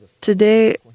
Today